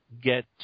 get